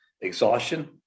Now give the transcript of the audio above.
exhaustion